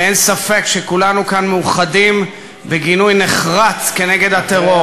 ואין ספק שכולנו כאן מאוחדים בגינוי נחרץ כנגד הטרור.